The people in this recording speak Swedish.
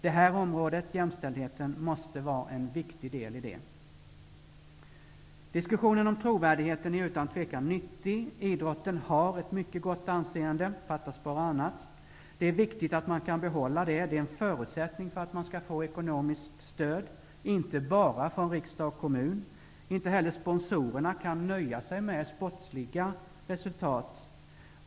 Det här området -- jämställdheten -- måste vara en viktig del i det. Diskussionen om trovärdigheten är utan tvivel nyttig. Idrotten har ett mycket gott anseende -- fattas bara annat. Det är viktigt att man kan behålla det. Det är en förutsättning för att man skall få ekonomiskt stöd, inte bara från riksdag och kommun. Inte heller sponsorerna kan nöja sig med sportsliga resultat.